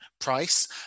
price